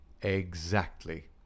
Exactly